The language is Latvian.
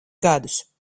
gadus